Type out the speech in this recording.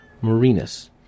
Marinus